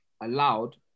allowed